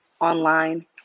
online